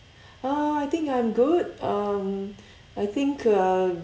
uh I think I'm good um I think uh